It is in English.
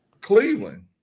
Cleveland